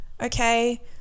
okay